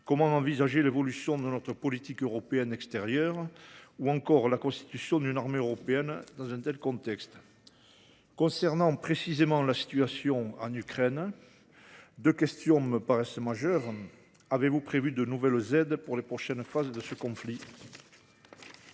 comment envisager l’évolution de notre politique européenne extérieure ou encore la constitution d’une armée européenne ? Concernant précisément la situation en Ukraine, deux questions me paraissent majeures. Premièrement, avez-vous prévu de nouvelles aides pour les prochaines phases de ce conflit ?